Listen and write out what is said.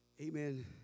amen